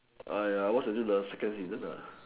watch until the second season